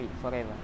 forever